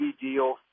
deal